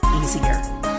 easier